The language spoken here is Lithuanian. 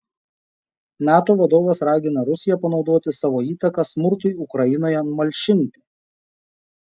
nato vadovas ragina rusiją panaudoti savo įtaką smurtui ukrainoje malšinti